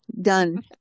done